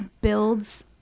builds